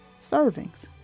servings